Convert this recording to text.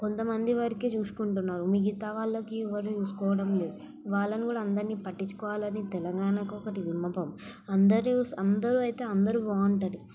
కొంతమంది వరకే చూసుకుంటున్నారు మిగితా వాళ్ళకి ఎవ్వరు చూసుకోవడం లేదు వాళ్ళను కూడా అందరిని పట్టించుకోవాలని తెలంగాణకి ఒకటి విన్నపం అందరూ అందరూ అయితే అందరు బాగుంటుంది